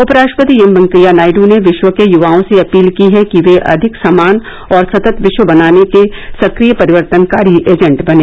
उप राष्ट्रपति एम वेंकैया नायडू ने विश्व के युवाओं से अपील की है कि वे अधिक समान और सतत विश्व बनाने के सक्रिय परिवर्तनकारी एजेंट बने